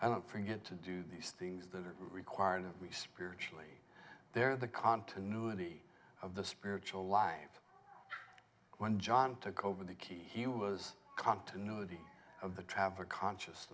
i don't forget to do these things that are required of me spiritually they're the continuity of the spiritual life when john took over the key he was continuity of the traveler conscious